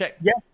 Yes